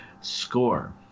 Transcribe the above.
score